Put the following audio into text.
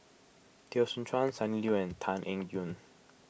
Teo Soon Chuan Sonny Liew and Tan Eng Yoon